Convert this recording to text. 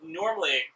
normally